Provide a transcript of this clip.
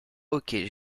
hockey